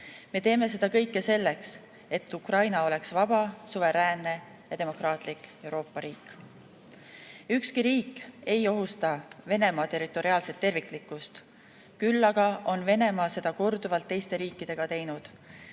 Me teeme seda kõike selleks, et Ukraina oleks vaba, suveräänne ja demokraatlik Euroopa riik. Ükski riik ei ohusta Venemaa territoriaalset terviklikkust, küll aga on Venemaa seda korduvalt teiste riikidega teinud.